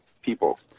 people